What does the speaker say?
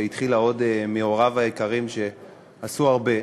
שהתחילה עוד מהוריו היקרים שעשו הרבה.